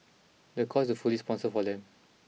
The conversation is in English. the course is also fully sponsored for them